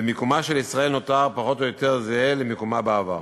ומקומה של ישראל נותר פחות או יותר זהה למקומה בעבר.